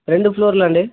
రెండు ఫ్లోర్లు అండి